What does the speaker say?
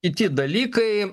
kiti dalykai